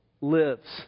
lives